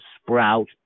sprout